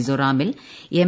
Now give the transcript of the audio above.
മിസോറാമിൽ എം